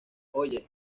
oye